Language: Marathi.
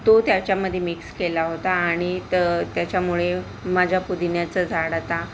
तो त्याच्यामध्ये मिक्स केला होता आणि तर त्याच्यामुळे माझ्या पुदिन्याचं झाड आता